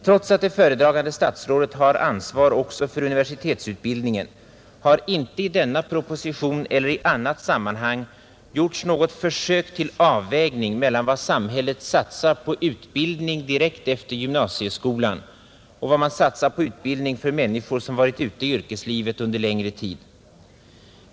Trots att det föredragande statsrådet har ansvar också för universitetsutbildningen, har inte i denna proposition eller i annat sammanhang gjorts något försök till avvägning mellan vad samhället satsar på utbildning direkt efter gymnasieskolan och vad man satsar på utbildning för människor som varit ute i yrkeslivet under längre tid.